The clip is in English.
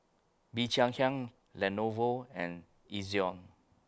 Bee Cheng Hiang Lenovo and Ezion